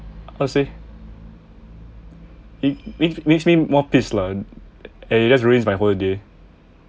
how say he makes me more piss lah and it just ruins my whole day